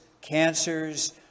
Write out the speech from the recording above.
cancers